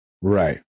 Right